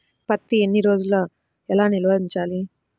పత్తి ఎన్ని రోజులు ఎలా నిల్వ ఉంచాలి?